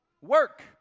work